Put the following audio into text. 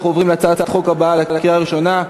אנחנו עוברים להצעת החוק הבאה לקריאה הראשונה.